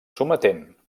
sometent